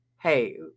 hey